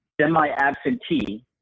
semi-absentee